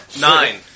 Nine